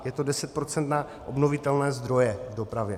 Je to deset procent na obnovitelné zdroje v dopravě.